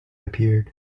appeared